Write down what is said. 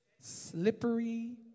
slippery